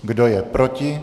Kdo je proti?